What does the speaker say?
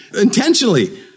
intentionally